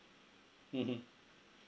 mmhmm